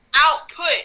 output